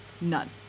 None